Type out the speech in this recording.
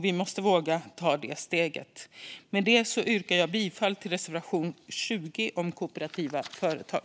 Vi måste våga ta det steget. Med det yrkar jag bifall till reservation 20 om kooperativa företag.